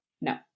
no